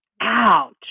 Ouch